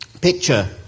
picture